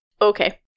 Okay